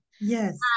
Yes